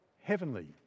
heavenly